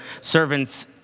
servants